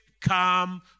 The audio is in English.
come